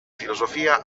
filosofia